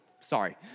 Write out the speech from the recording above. Sorry